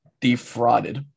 defrauded